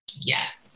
Yes